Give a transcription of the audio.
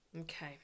okay